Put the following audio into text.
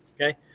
Okay